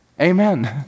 Amen